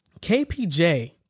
KPJ